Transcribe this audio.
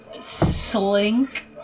slink